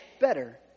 better